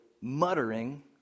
muttering